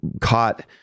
caught